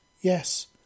Yes